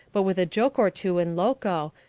but with a joke or two in loco,